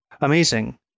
Amazing